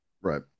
Right